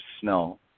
snow